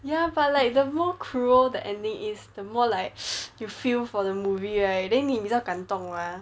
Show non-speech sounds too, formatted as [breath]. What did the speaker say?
ya but like the more cruel the ending is the more like [breath] you feel for the movie right then 你比较感动 mah